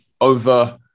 Over